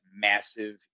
massive